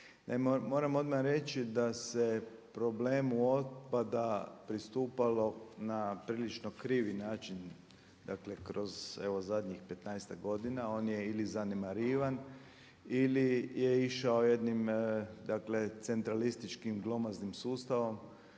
moram odmah reći da se problemu otpada pristupalo na prilično krivi način dakle kroz evo zadnjih petnaestak godina, on je ili zanemarivan ili je išao jednim dakle centralističkim glomaznim sustavom